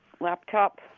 laptop